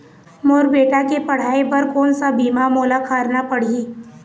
मोर बेटा के पढ़ई बर कोन सा बीमा मोला करना पढ़ही?